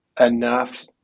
enough